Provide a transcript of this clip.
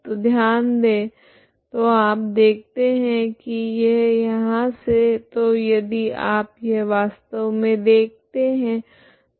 तो ध्यान दे तो आप देखते है की यह यहाँ से तो यदि आप यह वास्तव मे देखते है